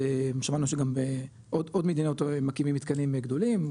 שמענו שגם עוד מדינות מקימים מתקנים גדולים,